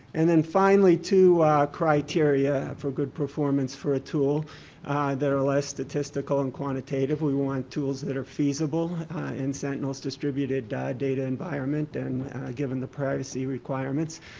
and then finally two criteria for good performance for a tool that are less statistical and quantitative. we want tools that are feasible in sentinel's distributed data environment and given the privacy requirements.